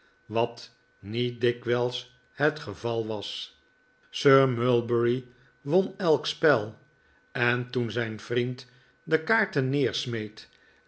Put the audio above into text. wat niet dikwijls het geval was sir mulberry won elk spel en toen zijn vriend de kaarten neersmeet